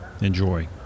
Enjoy